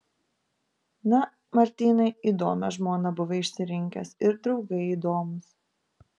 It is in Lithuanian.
na martynai įdomią žmoną buvai išsirinkęs ir draugai įdomūs